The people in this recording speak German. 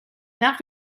nach